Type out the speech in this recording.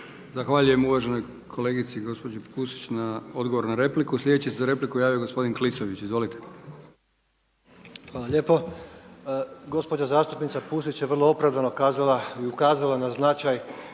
Zahvaljujem uvaženoj kolegici gospođi Pusić na odgovoru na repliku. Sljedeći se za repliku javio gospodin Klisović. **Klisović, Joško (SDP)** Hvala lijepo. Gospođa zastupnica Pusić je vrlo opravdano kazala i ukazala